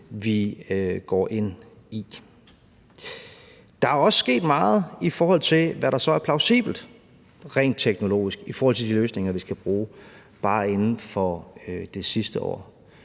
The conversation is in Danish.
vi går ind i. Der er også sket meget, i forhold til hvad der så er plausibelt rent teknologisk med hensyn til de løsninger, vi skal bruge, bare inden for det sidste år.